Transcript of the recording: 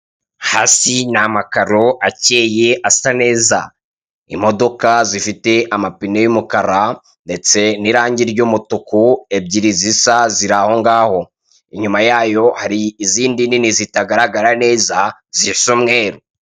Hasi n'amakaro acyeye asa neza, imodoka zifita amapine y'umukara ndetse n'irangi ry'umutuku, ebyiri zisa zirahongaho. Inyuma yayo hari izindi nini zitagaragara neza, zisa umweru.